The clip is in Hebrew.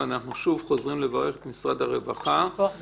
אנחנו שוב חוזרים לברך את משרד הרווחה -- יישר כוח גדול.